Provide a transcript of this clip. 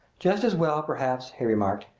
just as well, perhaps, he remarked,